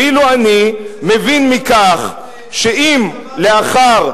ואילו אני מבין מכך שאם לאחר,